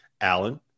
Allen